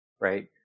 right